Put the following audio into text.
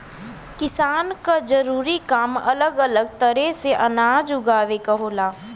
किसान क जरूरी काम अलग अलग तरे से अनाज उगावे क होला